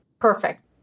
Perfect